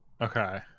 Okay